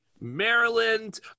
Maryland